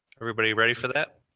everybody ready for that?